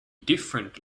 different